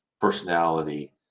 personality